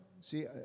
see